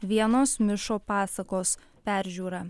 vienos mišo pasakos peržiūra